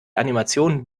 animationen